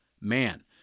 man